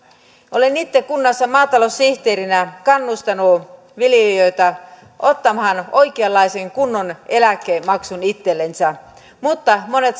olen itse kunnassa maataloussihteerinä kannustanut viljelijöitä ottamaan oikeanlaisen kunnon eläkemaksun itsellensä mutta monet